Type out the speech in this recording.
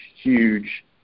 huge